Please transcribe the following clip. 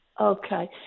Okay